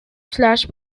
flash